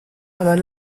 aber